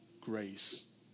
grace